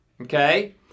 Okay